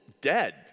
dead